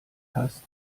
hast